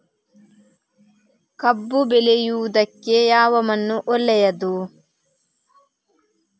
ಕಬ್ಬು ಬೆಳೆಯುವುದಕ್ಕೆ ಯಾವ ಮಣ್ಣು ಒಳ್ಳೆಯದು?